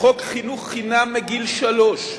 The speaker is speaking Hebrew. חוק חינוך חינם מגיל שלוש,